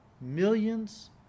millions